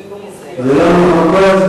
איננו מגיע,